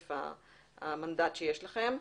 מתוקף המנדט שיש לכם.